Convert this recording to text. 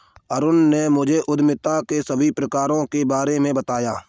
अरुण ने मुझे उद्यमिता के सभी प्रकारों के बारे में बताएं